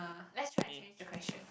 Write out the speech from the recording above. uh let's try and change the question